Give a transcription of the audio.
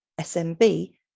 SMB